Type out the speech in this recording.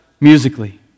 musically